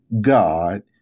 God